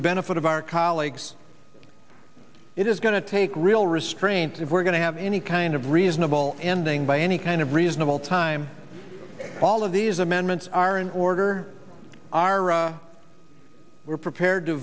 the benefit of our colleagues it is going to take real restraint if we're going to have any kind of reasonable ending by any kind of reasonable time all of these amendments are in order are we're prepared to